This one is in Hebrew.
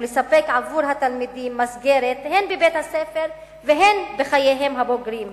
התלמידים ולספק עבורם מסגרת הן בבית-הספר והן בחייהם הבוגרים.